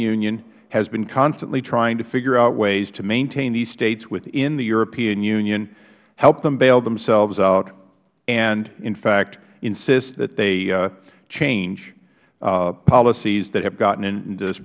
union has been constantly trying to figure out ways to maintain these states within the european union help them bail themselves out and in fact insist that they change policies that have gotten